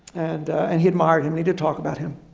and and hit martin. we did talk about him.